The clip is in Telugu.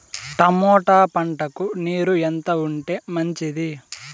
టమోటా పంటకు నీరు ఎంత ఉంటే మంచిది?